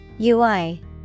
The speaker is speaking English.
UI